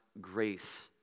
grace